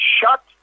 shut